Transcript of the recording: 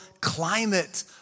climate